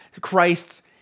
Christ's